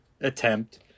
attempt